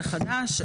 חדש,